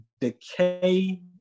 decay